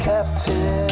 Captain